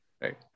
Right